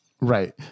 Right